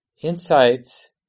insights